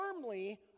firmly